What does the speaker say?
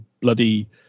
bloody